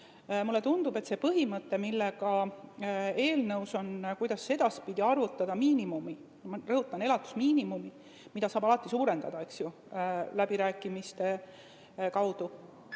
Mulle tundub, et see põhimõte, mis eelnõus on, kuidas edaspidi arvutada miinimumi – ma rõhutan, et see on elatusmiinimum, mida saab alati suurendada läbirääkimiste kaudu